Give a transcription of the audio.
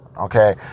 okay